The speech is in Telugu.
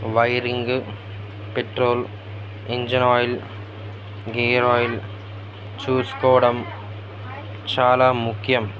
wiring petrol engine oil gear oil చూసుకోవడం చాలా ముఖ్యం